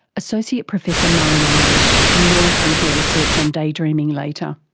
associate professor muireann irish. and more from her research on daydreaming later.